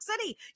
City